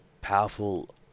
powerful